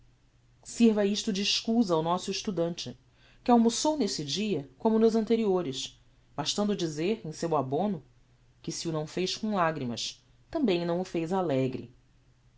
sirva isto de excusa ao nosso estudante que almoçou nesse dia como nos anteriores bastando dizer em seu abono que se o não fez com lagrimas também o não fez alegre